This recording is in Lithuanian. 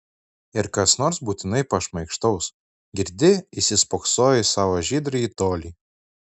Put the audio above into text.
ir kas nors būtinai pašmaikštaus girdi įsispoksojo į savo žydrąjį tolį